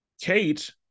Kate